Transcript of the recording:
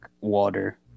water